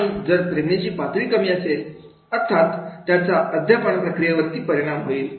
आणि जर प्रेरणा कमी पातळीवर असेल तर अर्थातच त्याचा अध्यापन प्रक्रिया वरती परिणाम होईल